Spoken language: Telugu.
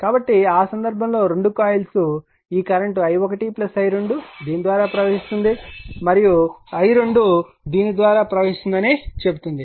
కాబట్టి ఆ సందర్భంలో రెండు కాయిల్స్ ఈ కరెంట్ i1 i2 దీని ద్వారా ప్రవహిస్తస్తుంది మరియు i2 దీని ద్వారా ప్రవహిస్తుందని చెబుతుంది